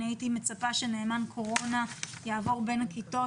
אני הייתי מצפה שנאמן קורונה יעבור בין הכיתות